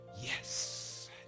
yes